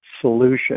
solution